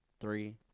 three